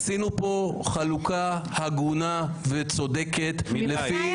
עשינו פה חלוקה הגונה וצודקת לפי